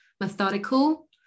methodical